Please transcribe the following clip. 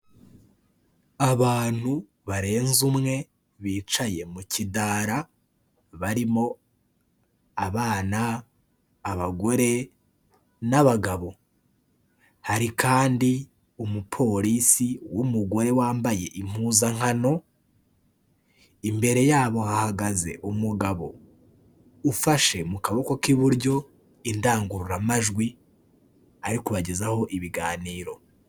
Abantu barenze umwe bicaye mu kidara, barimo abana, abagore n'abagabo. Hari kandi umupolisi w'umugore wambaye impuzankano, imbere yabo hahagaze umugabo ufashe mu kaboko k'iburyo indangururamajwi, ari kubagezaho ibiganiro.